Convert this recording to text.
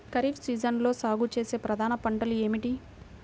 ఖరీఫ్ సీజన్లో సాగుచేసే ప్రధాన పంటలు ఏమిటీ?